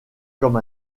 comme